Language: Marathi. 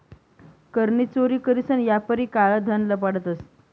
कर नी चोरी करीसन यापारी काळं धन लपाडतंस